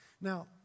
Now